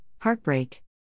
Heartbreak